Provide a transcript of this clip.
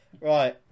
Right